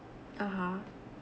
(uh huh)